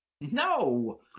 No